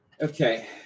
Okay